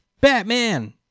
Batman